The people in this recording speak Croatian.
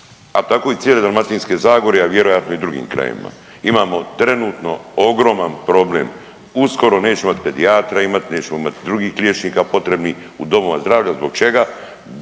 a tako i cijele Dalmatinske zagore, a vjerojatno i u drugim krajevima. Imamo trenutno ogroman problem, uskoro nećemo imati pedijatra imat, nećemo imati drugih liječnika potrebnih u domova zdravlja. Zbog čega?